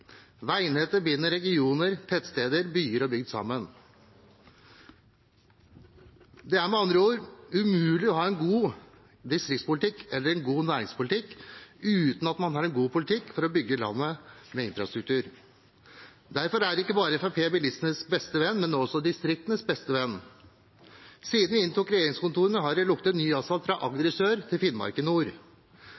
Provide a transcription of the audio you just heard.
Veinettet binder regioner, tettsteder, byer og bygd sammen. Det er med andre ord umulig å ha en god distriktspolitikk eller en god næringspolitikk uten at man har en god politikk for å bygge landet med infrastruktur. Derfor er ikke bare Fremskrittspartiet bilistenes beste venn, men også distriktenes beste venn. Siden vi inntok regjeringskontorene, har det luktet ny asfalt fra Agder